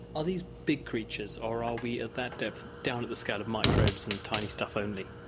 are these big creatures or are we, at that depth, down to the scale of microbes and tiny stuff only?